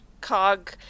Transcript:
Cog